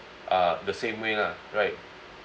uh the same way lah right